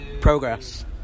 Progress